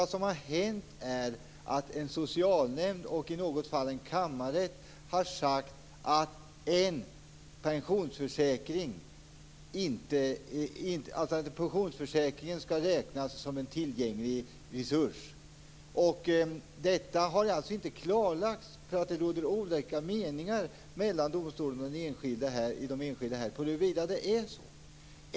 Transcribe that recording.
Vad som har hänt är att en socialnämnd och i något fall en kammarrätt har sagt att en pensionsförsäkring skall räknas som en tillgänglig resurs. Detta har inte klarlagts därför att det råder olika meningar mellan domstol och de enskilda om det är så.